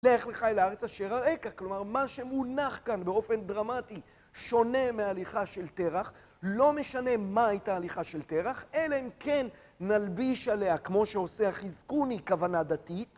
לך לך אל הארץ אשר אראך, כלומר מה שמונח כאן באופן דרמטי שונה מהליכה של תרח לא משנה מה הייתה הליכה של תרח אלא אם כן נלביש עליה כמו שעושה החיזקוני כוונה דתית